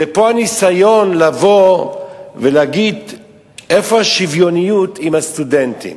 ופה הניסיון להגיד: איפה השוויוניות עם הסטודנטים?